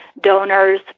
donors